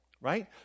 right